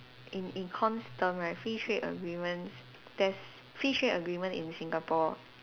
in Econs term right free trade agreements there's free trade agreement in Singapore